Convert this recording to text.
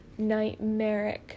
nightmaric